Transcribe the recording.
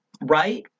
right